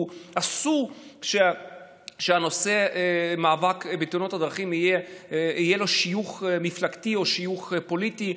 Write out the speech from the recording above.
אסור שנושא מאבק בתאונות הדרכים יהיה לו שיוך מפלגתי או שיוך פוליטי.